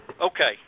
Okay